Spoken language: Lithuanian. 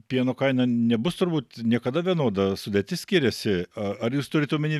pieno kaina nebus turbūt niekada vienoda sudėtis skiriasi a ar jūs turit omeny